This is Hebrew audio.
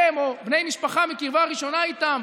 הם או בני משפחה מקרבה ראשונה איתם,